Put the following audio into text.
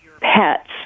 pets